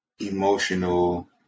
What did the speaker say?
emotional